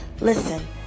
Listen